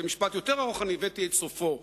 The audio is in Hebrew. זה משפט יותר ארוך, אני הבאתי את סופו.